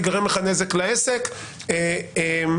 ייגרם לך נזק לעסק או לגוף